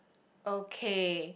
okay